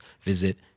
visit